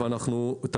--- הוא דיבר איתה.